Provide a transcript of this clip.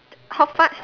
hot fudge